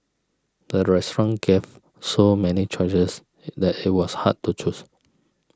the restaurant gave so many choices that it was hard to choose